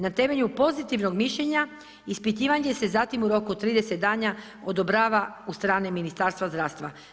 Na temelju pozitivnog mišljenja ispitivanje se zatim u roku od 30 dana odobrava od strane Ministarstva zdravstva.